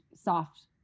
soft